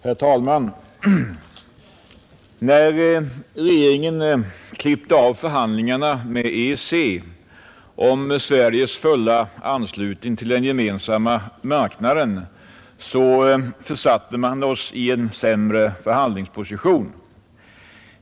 Herr talman! När regeringen klippte av förhandlingarna med EEC om Sveriges fulla anslutning till Gemensamma marknaden försatte den oss i en sämre förhandlingsposition.